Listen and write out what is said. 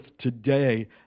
today